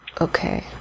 Okay